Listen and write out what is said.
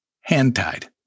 hand-tied